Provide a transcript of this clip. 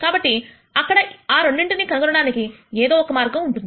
కాబట్టి అక్కడ అ రెండింటిని కనుగొనడానికి ఏదో ఒక మార్గం ఉంటుంది